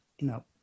No